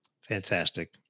Fantastic